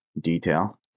detail